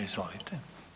Izvolite.